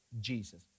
Jesus